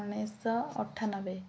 ଉଣେଇଶି ଶହ ଅଠାନବେ